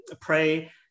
pray